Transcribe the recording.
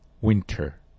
winter